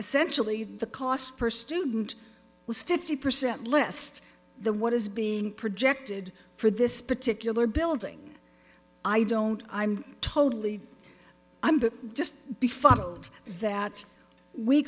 essentially the cost per student was fifty percent lest the what is being projected for this particular building i don't i'm totally i'm but just be funnelled that we